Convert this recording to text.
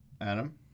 Adam